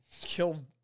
killed